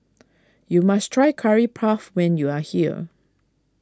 you must try Curry Puff when you are here